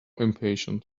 impatient